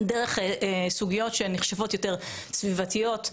דרך סוגיות שנחשבות יותר סביבתיות,